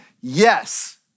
Yes